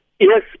Yes